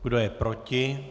Kdo je proti?